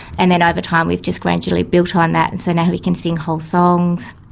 and then over time we've just gradually built on that, and so now he can sing whole songs.